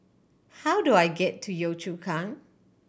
how do I get to Yio Chu Kang